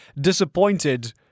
disappointed